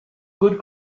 good